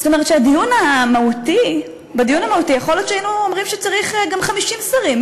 זאת אומרת שבדיון המהותי יכול להיות שהיינו אומרים שצריך גם 50 שרים,